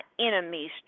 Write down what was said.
enemies